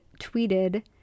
tweeted